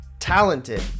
Talented